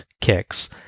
kicks